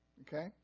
Okay